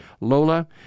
Lola